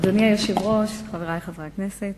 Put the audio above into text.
אדוני היושב-ראש, חברי חברי הכנסת,